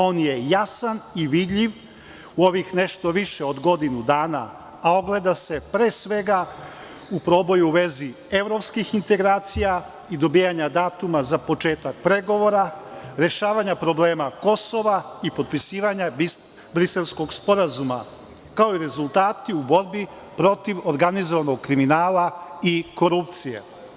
On je jasan i vidljiv u ovih nešto više od godinu dana, a ogleda se pre svega u proboju u vezi evropskih integracija i dobijanja datuma za početak pregovora, rešavanja problema Kosova i potpisivanja Briselskog sporazuma, kao i rezultati u borbi protiv organizovanog kriminala i korupcije.